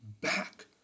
back